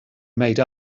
made